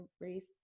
race